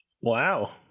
Wow